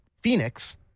Phoenix